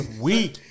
Weak